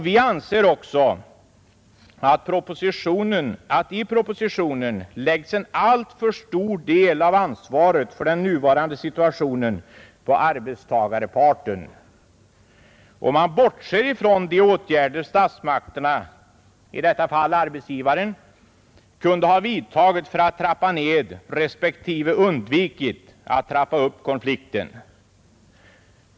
Vi anser också att i propositionen läggs en alltför stor del av ansvaret för den nuvarande situationen på arbetstagarparten, och man bortser från de åtgärder statsmakterna — i detta fall arbetsgivarparten — kunde ha vidtagit för att trappa ned respektive undvikit att trappa upp konflikten.